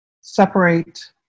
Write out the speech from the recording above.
separate